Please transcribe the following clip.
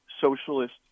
socialist